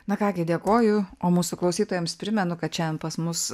na ką gi dėkoju o mūsų klausytojams primenu kad šiandien pas mus